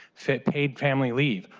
through paid family leave,